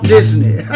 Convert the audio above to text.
Disney